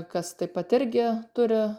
kas taip pat irgi turi